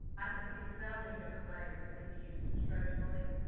i can see so many different ways that it can be used instructionally